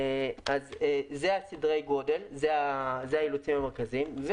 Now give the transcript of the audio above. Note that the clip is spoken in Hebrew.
אלה סדרי הגודל, אלה האילוצים המרכזיים.